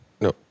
no